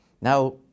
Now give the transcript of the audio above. now